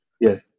Yes